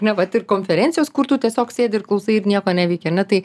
ne vat ir konferencijos kur tu tiesiog sėdi ir klausai ir nieko neveiki ane tai